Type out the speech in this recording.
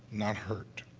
not hurt.